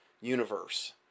Universe